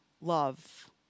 love